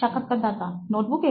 সাক্ষাৎকারদাতা নোটবুকে